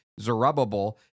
Zerubbabel